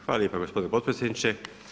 Hvala lijepa gospodine potpredsjedniče.